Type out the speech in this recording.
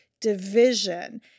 division